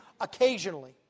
occasionally